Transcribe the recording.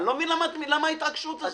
אני לא מבין למה ההתעקשות הזאת.